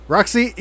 Roxy